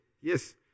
Yes